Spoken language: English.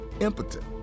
impotent